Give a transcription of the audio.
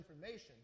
information